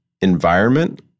environment